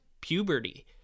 puberty